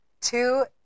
Two